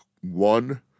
one